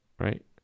right